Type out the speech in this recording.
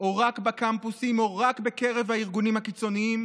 או רק בקמפוסים או רק בקרב הארגונים הקיצוניים,